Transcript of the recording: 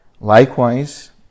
Likewise